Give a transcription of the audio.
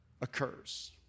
occurs